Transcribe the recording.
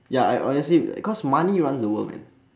ya I honestly cause money runs the world man